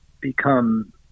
become